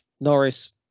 Norris